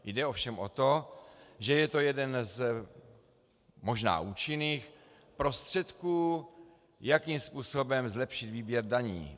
Jde ovšem o to, že je to jeden z možná účinných prostředků, jakým způsobem zlepšit výběr daní.